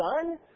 son